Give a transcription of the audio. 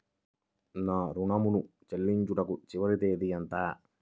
నా ఋణం ను చెల్లించుటకు చివరి తేదీ ఎంత?